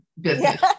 business